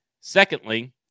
Secondly